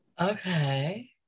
Okay